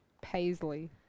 Paisley